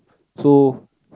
so